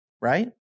Right